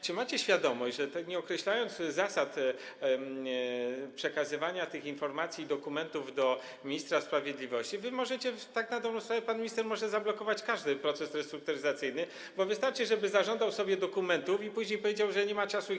Czy macie świadomość, że nie określając zasad przekazywania tych informacji i dokumentów do ministra sprawiedliwości, możecie tak na dobrą sprawę, pan minister może zablokować każdy proces restrukturyzacyjny, bo wystarczy, żeby zażądał dokumentów i później powiedział, że nie ma czasu ich